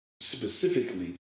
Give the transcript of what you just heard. specifically